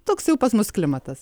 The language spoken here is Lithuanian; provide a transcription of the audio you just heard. toks jau pas mus klimatas